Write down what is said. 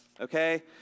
okay